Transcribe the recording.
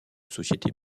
société